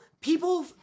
People